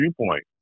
viewpoint